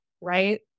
right